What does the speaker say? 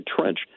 trench